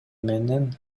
менен